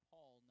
Paul